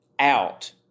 out